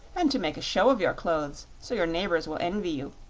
and to make a show of your clothes so your neighbors will envy you,